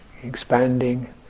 Expanding